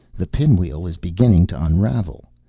the pinwheel is beginning to unravel.